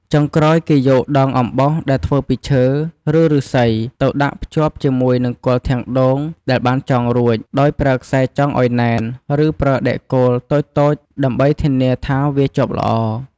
ចុងក្រោយគេយកដងអំបោសដែលធ្វើពីឈើ ឬឫស្សីទៅដាក់ភ្ជាប់ជាមួយនឹងគល់ធាងដូងដែលបានចងរួច ដោយប្រើខ្សែចងឲ្យណែន ឬប្រើដែកគោលតូចៗ ដើម្បីធានាថាវាជាប់ល្អ។